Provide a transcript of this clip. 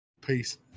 Peace